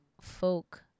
folk